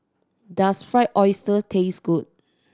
does Fried Oyster taste good